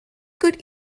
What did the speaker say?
could